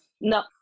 no